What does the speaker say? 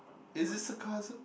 is this sarcasm